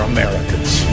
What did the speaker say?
Americans